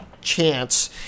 chance